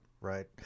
Right